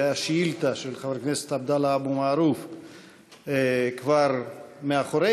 והשאילתה של חבר הכנסת עבדאללה אבו מערוף כבר מאחורינו,